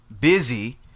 busy